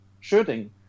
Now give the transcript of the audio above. shooting